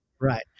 right